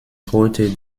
heute